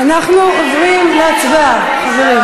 אף אחד לא מצביע בעדכם.